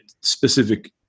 specific